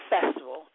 Festival